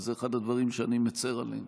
וזה אחד הדברים שאני מצר עליהם